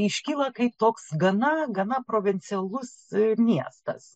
iškyla kaip toks gana gana provincialus miestas